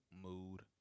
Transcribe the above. mood